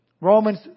Romans